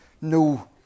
no